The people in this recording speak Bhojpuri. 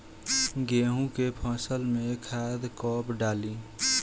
गेहूं के फसल में खाद कब डाली?